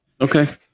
Okay